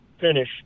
finish